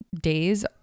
days